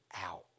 out